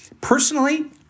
Personally